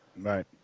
Right